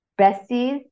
besties